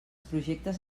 projectes